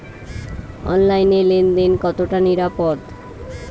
অনলাইনে লেন দেন কতটা নিরাপদ?